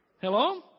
Hello